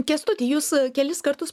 kęstuti jūs kelis kartus